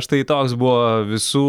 štai toks buvo visų